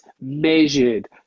measured